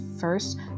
first